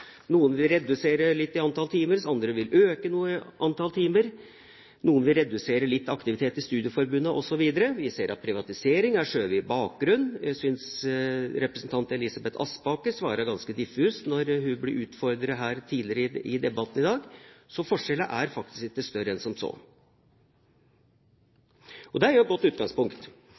noen vil redusere litt i antall timer, mens andre vil øke noe i antall timer, noen vil redusere litt aktiviteter i studieforbundene osv. Vi ser at privatisering er skjøvet i bakgrunnen. Jeg synes representanten Elisabeth Aspaker her svarte ganske diffust da hun ble utfordret tidligere i debatten i dag. Forskjellene er faktisk ikke større enn som så, og det er jo et godt utgangspunkt